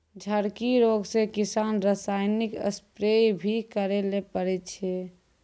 झड़की रोग से किसान रासायनिक स्प्रेय भी करै ले पड़ै छै